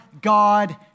God